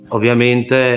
Ovviamente